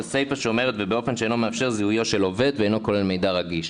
הסיפה שאומרת " באופן שאינו מאפשר זיהויו של עובד ואינו כולל מידע רגיש".